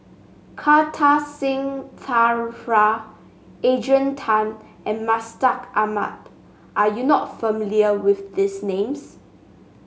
Kartar Singh Thakral Adrian Tan and Mustaq Ahmad are you not familiar with these names